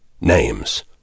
Names